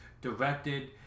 directed